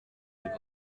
nous